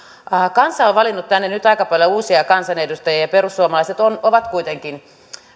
kansa on valinnut tänne nyt aika paljon uusia kansanedustajia ja perussuomalaiset on kuitenkin